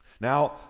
Now